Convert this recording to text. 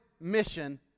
mission